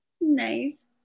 nice